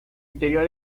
interior